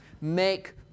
Make